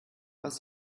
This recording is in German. was